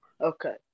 okay